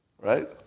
right